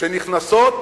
שנכנסות